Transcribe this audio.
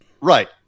right